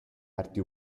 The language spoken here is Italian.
arti